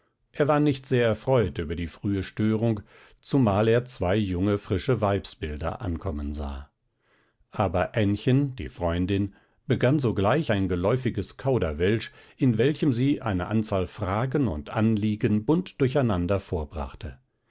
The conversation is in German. er war nicht sehr erfreut über die frühe störung zumal er zwei junge frische weibsbilder ankommen sah aber ännchen die freundin begann sogleich ein geläufiges kauderwelsch in welchem sie eine anzahl fragen und anliegen bunt durcheinander vorbrachte